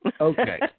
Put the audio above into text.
Okay